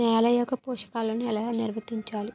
నెల యెక్క పోషకాలను ఎలా నిల్వర్తించాలి